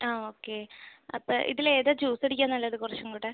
ആ ഓക്കെ അപ്പം ഇതിലേതാ ജ്യൂസ് അടിക്കാൻ നല്ലത് കുറച്ചുംകൂടെ